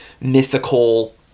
mythical